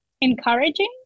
encouraging